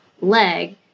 leg